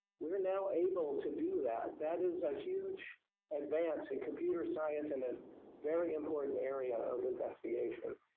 we're now able to do that. that is a huge advance in computer science and a very important area of investigation.